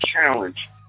challenge